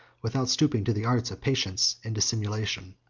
without stooping to the arts of patience and dissimulation.